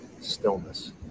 stillness